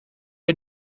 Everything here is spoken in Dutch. het